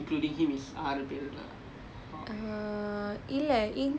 so ஐந்து பேர்:ainthu paer